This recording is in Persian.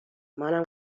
منم